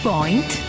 Point